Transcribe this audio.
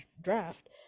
draft